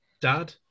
dad